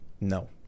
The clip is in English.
No